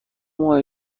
ماه